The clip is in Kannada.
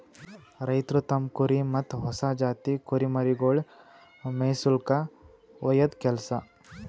ರೈತ್ರು ತಮ್ಮ್ ಕುರಿ ಮತ್ತ್ ಹೊಸ ಜಾತಿ ಕುರಿಮರಿಗೊಳಿಗ್ ಮೇಯಿಸುಲ್ಕ ಒಯ್ಯದು ಕೆಲಸ